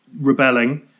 rebelling